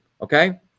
okay